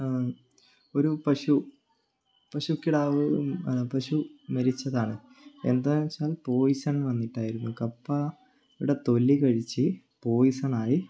ഒരു പശു പശുക്കിടാവ് പശു മരിച്ചതാണ് എന്താന്ന് വെച്ചാൽ പോയിസൺ വന്നിട്ടായിരുന്നു കപ്പയുടെ തൊലി കഴിച്ച് പോയിസണായി